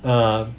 uh